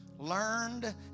Learned